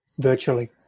virtually